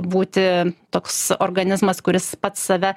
būti toks organizmas kuris pats save